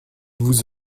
vous